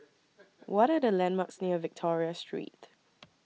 What Are The landmarks near Victoria Street